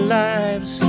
lives